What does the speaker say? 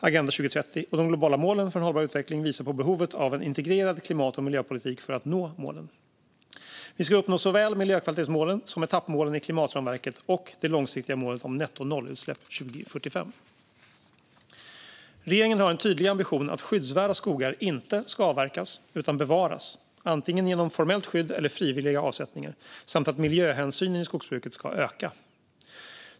Agenda 2030 och de globala målen för en hållbar utveckling visar på behovet av en integrerad klimat och miljöpolitik för att nå målen. Vi ska uppnå såväl miljökvalitetsmålen som etappmålen i klimatramverket och det långsiktiga målet om nettonollutsläpp 2045. Regeringen har en tydlig ambition att skyddsvärda skogar inte ska avverkas utan bevaras, genom antingen formellt skydd eller frivilliga avsättningar, samt att miljöhänsynen i skogsbruket ska öka.